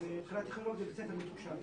זה בית ספר מתוקשב.